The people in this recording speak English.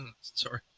Sorry